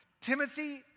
Timothy